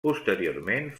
posteriorment